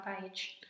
page